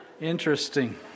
Interesting